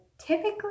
typically